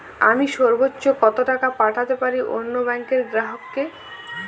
আমি সর্বোচ্চ কতো টাকা পাঠাতে পারি অন্য ব্যাংকের গ্রাহক কে?